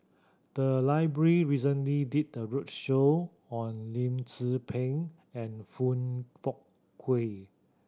the library recently did a roadshow on Lim Tze Peng and Foong Fook Kay